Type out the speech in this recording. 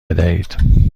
بدهید